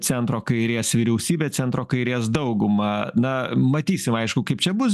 centro kairės vyriausybę centro kairės daugumą na matysim aišku kaip čia bus